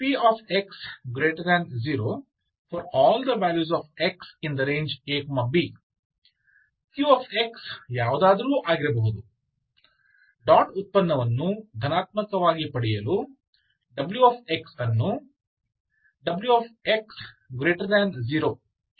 ಆದ್ದರಿಂದ px0∀ x ∈ab q ಯಾವುದಾದರೂ ಆಗಿರಬಹುದು ಡಾಟ್ ಉತ್ಪನ್ನವನ್ನು ಧನಾತ್ಮಕವಾಗಿ ಪಡೆಯಲು w ಅನ್ನು w0 ಎಂದು ಭಾವಿಸಬೇಕಾಗುತ್ತದೆ